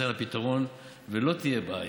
נמצא פתרון ולא תהיה בעיה.